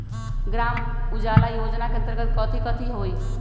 ग्राम उजाला योजना के अंतर्गत कथी कथी होई?